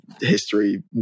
history